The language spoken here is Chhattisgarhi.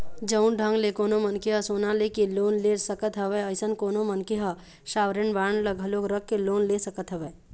जउन ढंग ले कोनो मनखे ह सोना लेके लोन ले सकत हवय अइसन कोनो मनखे ह सॉवरेन बांड ल घलोक रख के लोन ले सकत हवय